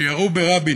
שירו ברבין,